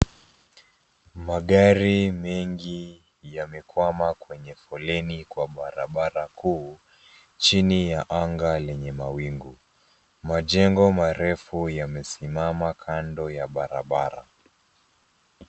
Magari mengi yamekwama kwenye foleni kwa barabara kuu, chini ya anga lenye mawingu. Majengo marefu yamesimama kando ya barabara.